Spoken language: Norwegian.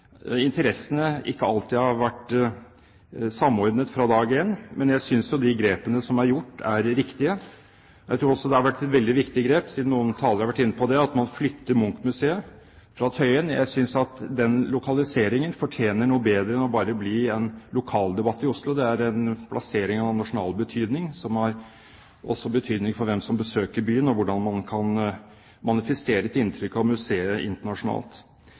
interessene ikke alltid har vært samordnet fra dag én. Men jeg synes de grepene som er gjort, er riktige. Jeg tror også det har vært veldig viktige grep – siden noen talere har vært inne på det – at man flytter Munch-museet fra Tøyen. Jeg synes at den lokaliseringen fortjener noe bedre enn bare å bli en lokaldebatt i Oslo. Det er en plassering av nasjonal betydning, som også har betydning for hvem som besøker byen, og hvordan man kan manifestere et inntrykk av museet internasjonalt.